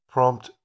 Prompt